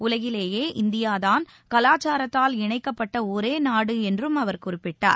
உலகிலேயே இந்தியாதான் கலாச்சாரத்தால் இணைக்கப்பட்ட ஒரே நாடு என்றும் அவர் குறிப்பிட்டார்